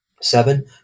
seven